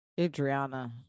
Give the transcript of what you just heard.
adriana